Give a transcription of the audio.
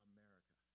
America